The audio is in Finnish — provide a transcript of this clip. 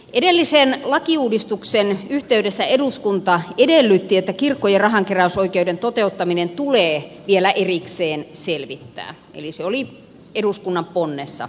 edellisen lakiuudistuksen yhteydessä eduskunta edellytti että kirkkojen rahankeräysoikeuden toteuttaminen tulee vielä erikseen selvittää eli se oli eduskunnan ponnessa esitetty